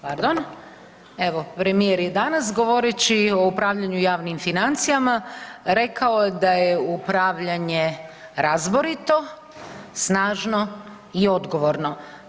pardon, evo, premijer je danas govoreći o upravljanju javnim financijama rekao da je upravljanje razborito, snažno i odgovorno.